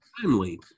timely